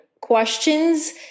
questions